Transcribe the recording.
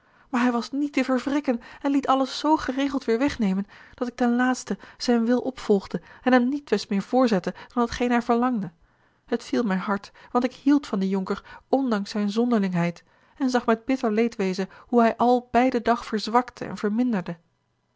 maar hij was niet te verwrikken en liet alles z geregeld weêr wegnemen dat ik ten laatste zijn wil opvolgde en hem nietwes meer voorzette dan hetgeen hij verlangde het viel mij hard want ik hield van den jonker ondanks zijne zonderlingheid en zag met bitter leedwezen hoe hij als bij den dag verzwakte en verminderde